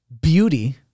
beauty